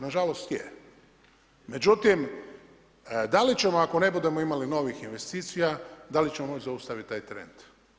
Nažalost je, međutim da li ćemo ako ne budemo imali novih investicija, dali ćemo moći zaustaviti taj trend?